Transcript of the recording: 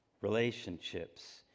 relationships